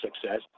success